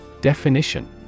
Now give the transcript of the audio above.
Definition